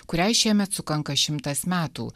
kuriai šiemet sukanka šimtas metų